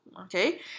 Okay